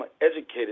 educated